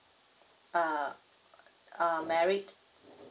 err uh married